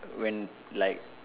when like